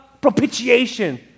propitiation